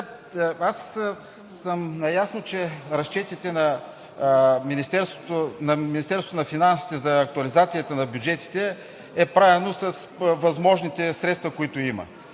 Наясно съм, че разчетите на Министерството на финансите за актуализацията на бюджетите е правено с възможните средства, които има